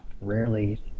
rarely